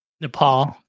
Nepal